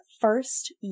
first